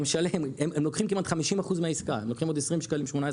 לוקחים כמעט 50% מהעסקה, הם לוקחים עוד 20-18